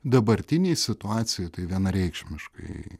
dabartinėj situacijoj tai vienareikšmiškai